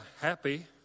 happy